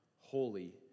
holy